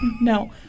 No